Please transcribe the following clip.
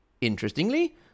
Interestingly